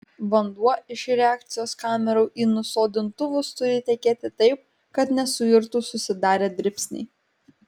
vanduo iš reakcijos kamerų į nusodintuvus turi tekėti taip kad nesuirtų susidarę dribsniai